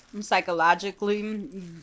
psychologically